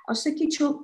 aš sakyčiau